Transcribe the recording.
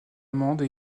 amende